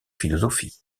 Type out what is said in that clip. philosophie